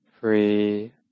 free